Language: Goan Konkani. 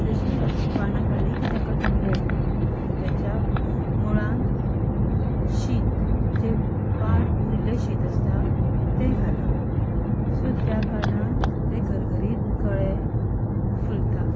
जशीं पानां काडलीं की तेंका कोमऱ्यो येता तेच्या मुळांत शीत जें पाड उरिल्लें शीत आसता तें घालप सो त्या कारणान ते गरगरीत कळे फुलता